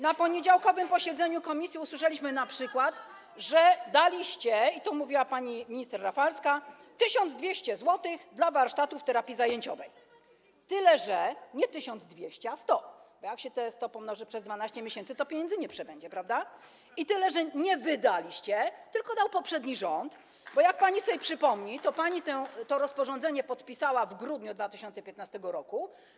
Na poniedziałkowym posiedzeniu komisji usłyszeliśmy np., że daliście - i to mówiła pani minister Rafalska - 1200 zł na warsztaty terapii zajęciowej, tyle że nie 1200 zł, a 100 zł, bo jak się te 100 zł pomnoży przez 12 miesięcy, to pieniędzy nie przybędzie, prawda, i tyle że nie wy daliście, tylko dał poprzedni rząd, bo, niech pani sobie przypomni, pani to rozporządzenie podpisała w grudniu 2015 r.